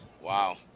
wow